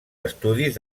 estudis